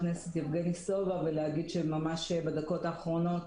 יבגני סובה ולהגיד שממש בדקות האחרונות